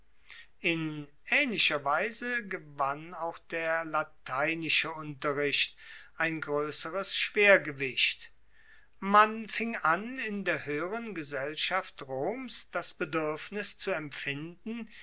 in aehnlicher weise gewann auch der lateinische unterricht ein groesseres schwergewicht man fing an in der hoeheren gesellschaft roms das beduerfnis zu empfinden